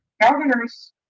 governors